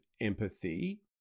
empathy